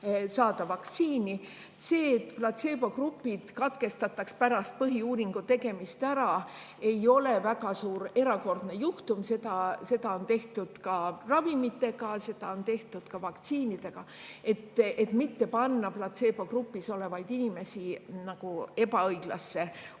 saada vaktsiini. See, et platseebogrupid katkestatakse pärast põhiuuringu tegemist ära, ei ole väga erakordne juhtum. Seda on tehtud ravimite puhul, seda on tehtud ka vaktsiinide puhul, et mitte panna platseebogrupis olevaid inimesi nagu ebaõiglasse olukorda.